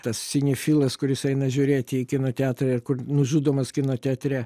tas sinifilas kuris eina žiūrėti į kino teatrą ir kur nužudomas kino teatre